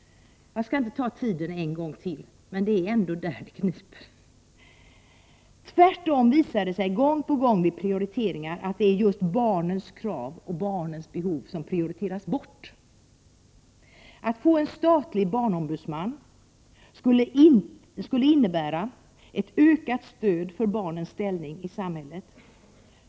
Jag skallinte ta upp det här med tiden en gång till, även om det just är där det kniper. Det visar sig gång på gång vid prioriteringar att just barnens krav och barnens behov prioriteras bort. Att få en statlig barnombudsman skulle innebära ett ökat stöd för barnen i samhället.